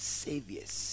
saviors